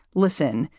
listen,